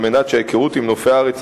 על מנת שההיכרות עם נופי הארץ,